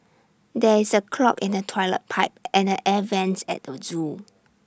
there is A clog in the Toilet Pipe and the air Vents at the Zoo